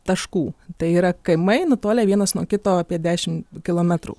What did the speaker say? taškų tai yra kaimai nutolę vienas nuo kito apie dešim kilometrų